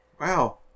Wow